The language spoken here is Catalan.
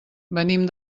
venim